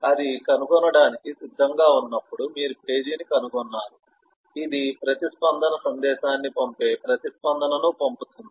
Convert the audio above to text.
అది కనుగొనడానికి సిద్ధంగా ఉన్నప్పుడు మీరు పేజీని కనుగొన్నారు ఇది ప్రతిస్పందన సందేశాన్ని పంపే ప్రతిస్పందనను పంపుతుంది